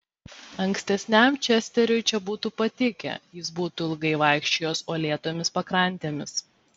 ankstesniam česteriui čia būtų patikę jis būtų ilgai vaikščiojęs uolėtomis pakrantėmis